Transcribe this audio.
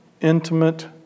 intimate